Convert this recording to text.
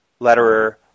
Letterer